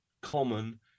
common